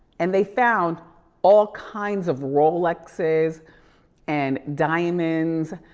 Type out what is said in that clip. and they found all kinds of rolexes and diamonds,